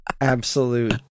absolute